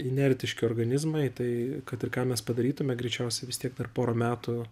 inertiški organizmai tai kad ir ką mes padarytume greičiausiai vis tiek dar pora metų